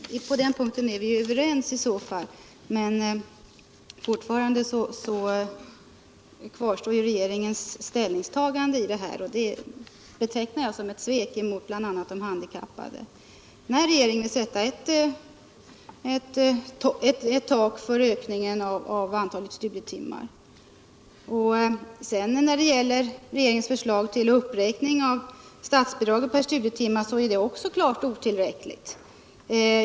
Herr talman! På den punkten är vi överens i så fall. Men fortfarande kvarstår regeringens ställningstagande i denna fråga, och jag betecknar det som ett svek mot bl.a. de handikappade när regeringen sätter ett tak för ökningen av antalet studietimmar. Även regeringens förslag till uppräkningen av statsbidraget per studietimme är klart otillräckligt.